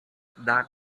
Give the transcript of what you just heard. that